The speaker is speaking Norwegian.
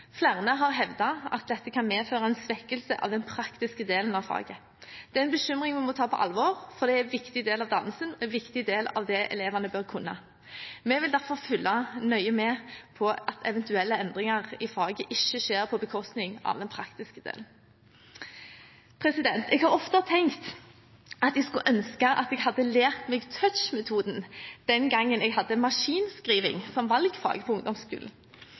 Flere har hevdet at dette kan medføre en svekkelse av den praktiske delen av faget. Dette er en bekymring vi må ta på alvor, for det er en viktig del av dannelsen og en viktig del av det elevene bør kunne. Vi vil derfor følge nøye med på at eventuelle endringer i faget ikke skjer på bekostning av den praktiske delen. Jeg har ofte tenkt at jeg skulle ønske at jeg hadde lært meg touch-metoden den gangen jeg hadde maskinskriving som valgfag på ungdomsskolen,